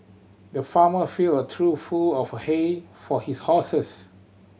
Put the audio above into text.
the farmer filled a trough full of hay for his horses